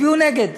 הצביעו נגד.